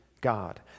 God